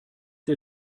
der